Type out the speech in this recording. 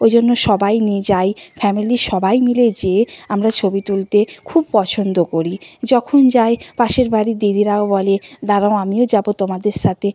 ওই জন্য সবাই নিয়ে যাই ফ্যামিলির সবাই মিলে যেয়ে আমরা ছবি তুলতে খুব পছন্দ করি যখন যাই পাশের বাড়ির দিদিরাও বলে দাঁড়াও আমিও যাব তোমাদের সাথে